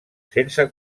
sense